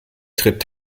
tritt